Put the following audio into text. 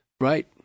right